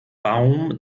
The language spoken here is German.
baum